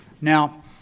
Now